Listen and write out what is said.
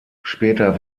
später